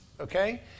okay